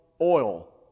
oil